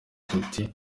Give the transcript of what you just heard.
kiti